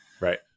Right